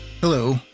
Hello